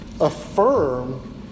Affirm